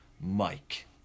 Mike